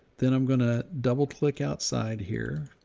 then i'm going to double click outside here,